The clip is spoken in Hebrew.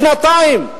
שנתיים.